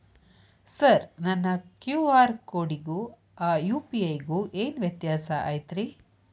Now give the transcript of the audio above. Sir ನನ್ನ QR ಕೊಡಿಗೂ ಆ ಯು.ಪಿ.ಐ ಗೂ ಏನ್ ವ್ಯತ್ಯಾಸ ಐತ್ರಿ?